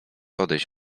odejść